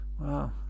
Wow